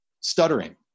stuttering